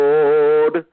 Lord